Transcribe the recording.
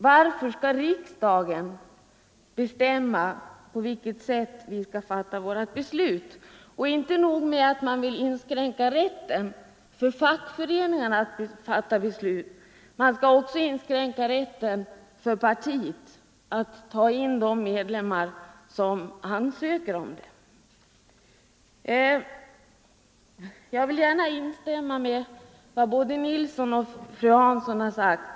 Varför skall riksdagen bestämma på vilket sätt vi skall fatta våra beslut? Inte nog med att man skall inskränka rätten för fackföreningarna att fatta beslut, man skall också inskränka rätten för partiet att ta in den som ansöker om medlemskap. Jag vill gärna instämma i vad både herr Nilsson och fru Hansson sade.